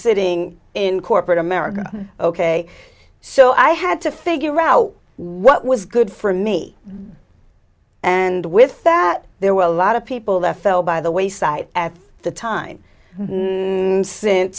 sitting in corporate america ok so i had to figure out what was good for me and with that there were a lot of people that fell by the wayside at the time and since